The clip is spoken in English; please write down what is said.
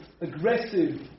aggressive